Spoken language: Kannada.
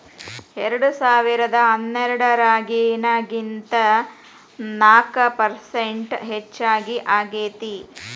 ಎರೆಡಸಾವಿರದಾ ಹನ್ನೆರಡರಾಗಿನಕಿಂತ ನಾಕ ಪರಸೆಂಟ್ ಹೆಚಗಿ ಆಗೇತಿ